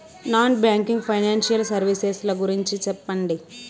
Non banking financial services ల గురించి సెప్పండి?